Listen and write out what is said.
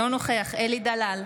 אינו נוכח אלי דלל,